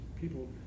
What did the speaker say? people